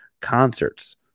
concerts